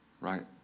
right